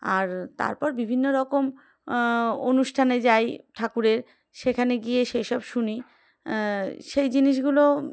আর তারপর বিভিন্ন রকম অনুষ্ঠানে যাই ঠাকুরের সেখানে গিয়ে সেসব শুনি সেই জিনিসগুলো